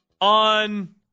On